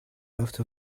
out